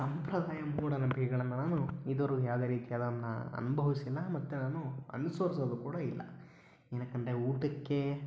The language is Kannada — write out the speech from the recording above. ಸಂಪ್ರದಾಯ ಮೂಢನಂಬಿಕೆಗಳನ್ನು ನಾನು ಇದುವರ್ಗೂ ಯಾವುದೇ ರೀತಿಯದನ್ನು ಅನುಭವಿಸಿಲ್ಲ ಮತ್ತು ನಾನು ಅನುಸರಿಸೋದು ಕೂಡ ಇಲ್ಲ ಏನಕ್ಕಂದರೆ ಊಟಕ್ಕೆ